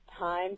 Time